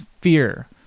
fear